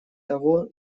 того